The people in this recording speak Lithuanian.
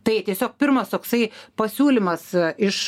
tai tiesiog pirmas toksai pasiūlymas iš